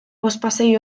bospasei